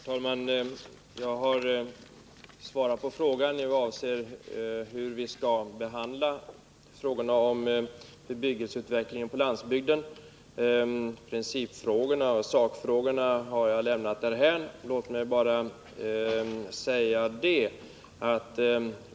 Herr talman! Jag har svarat på frågan i vad avser hur vi skall behandla bebyggelseutvecklingen på landsbygden. Principfrågorna och sakfrågorna har jag lämnat därhän.